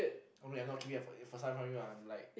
okay I'm not kidding first time in front of you I'm like